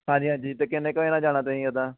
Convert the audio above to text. ਹਾਂਜੀ ਹਾਂਜੀ ਅਤੇ ਕਿੰਨੇ ਕੁ ਵਜੇ ਨਾਲ ਜਾਣਾ ਤੁਸੀਂ ਉੱਦਾਂ